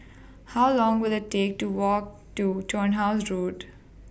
How Long Will IT Take to Walk to Turnhouse Road